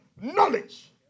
Knowledge